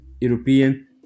European